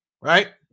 Right